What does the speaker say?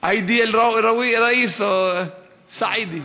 ראיס או סיידי?